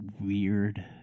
weird